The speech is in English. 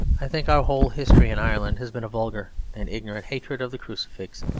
i think our whole history in ireland has been a vulgar and ignorant hatred of the crucifix,